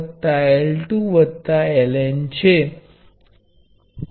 હવે આપણે ઇન્ડક્ટર ના સમાંતર જોડાણ ને ધ્યાનમાં લઈએ છીએ